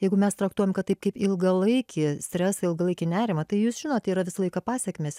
jeigu mes traktuojam kad taip kaip ilgalaikį stresą ilgalaikį nerimą tai jūs žinote yra visą laiką pasekmės